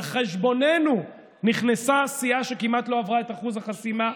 על חשבוננו נכנסה סיעה שכמעט לא עברה את אחוז החסימה.